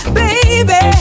baby